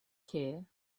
care